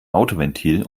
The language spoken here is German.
autoventil